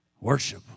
Worship